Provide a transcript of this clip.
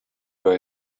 where